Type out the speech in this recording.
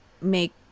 make